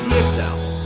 excel